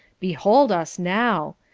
behold us now!